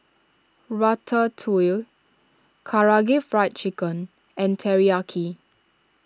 Ratatouille Karaage Fried Chicken and Teriyaki